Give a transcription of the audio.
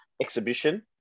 Exhibition